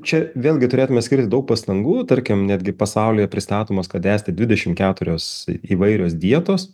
čia vėlgi turėtume skirti daug pastangų tarkim netgi pasaulyje pristatomos kad esti dvidešim keturios įvairios dietos